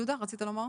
יהודה, רצית לומר?